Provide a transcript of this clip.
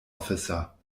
officer